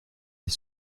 est